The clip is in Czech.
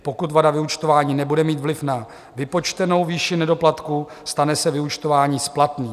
Pokud vada vyúčtování nebude mít vliv na vypočtenou výši nedoplatku, stane se vyúčtování splatným.